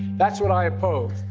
that's what i opposed.